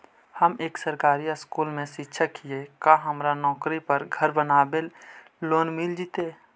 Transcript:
हम एक सरकारी स्कूल में शिक्षक हियै का हमरा नौकरी पर घर बनाबे लोन मिल जितै?